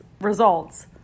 results